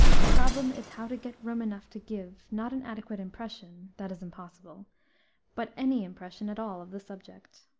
the problem is how to get room enough to give, not an adequate impression that is impossible but any impression at all of the subject.